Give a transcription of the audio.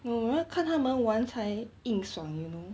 哦我要看他们完才硬爽 you know